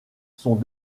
sont